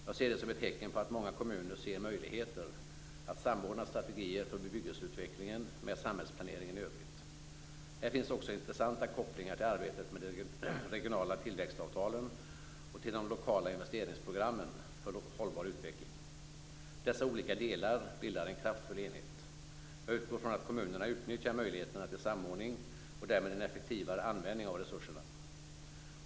Jag ser det som ett tecken på att många kommuner ser möjligheter att samordna strategier för bebyggelseutvecklingen med samhällsplaneringen i övrigt. Här finns också intressanta kopplingar till arbetet med de regionala tillväxtavtalen och de lokala investeringsprogrammen för hållbar utveckling. Dessa olika delar bildar en kraftfull enhet. Jag utgår från att kommunerna utnyttjar möjligheterna till samordning och därmed en effektivare användning av resurserna.